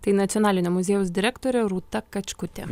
tai nacionalinio muziejaus direktorė rūta kačkutė